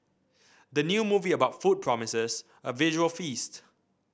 the new movie about food promises a visual feast